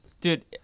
dude